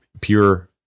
pure